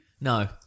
No